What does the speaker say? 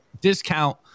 discount